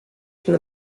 from